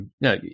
no